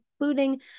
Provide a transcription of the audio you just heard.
including